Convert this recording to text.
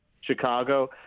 chicago